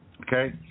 okay